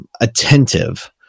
attentive